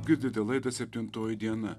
girdite laidą septintoji diena